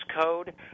code